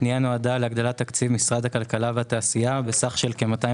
הפנייה נועדה להגדלת תקציב משרד הכלכלה והתעשייה בסך של כ-250